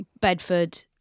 Bedford